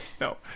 no